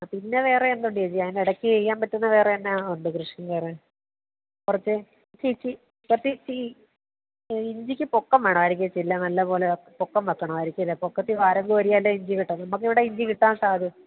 ആ പിന്നെ വേറെയെന്തുണ്ട് ചേച്ചി അതിനിടയ്ക്ക് ചെയ്യാൻ പറ്റുന്ന വേറെ എന്നാ ഉണ്ട് കൃഷി വേറെ കുറച്ച് ചേച്ചി സത്യത്തിൽ ഇഞ്ചിക്ക് പൊക്കം വേണമായിരിക്കും ഏച്ചീ അല്ലെ നല്ലപോലെ പൊക്കം വെക്കണമായിരിക്കുമല്ലേ പൊക്കത്തിൽ ഇഞ്ചി കിട്ടാൻ നമുക്ക് ഇവിടെ ഇഞ്ചി കിട്ടാൻ സാധ്യത